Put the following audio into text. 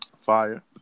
fire